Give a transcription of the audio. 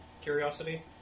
curiosity